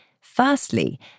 Firstly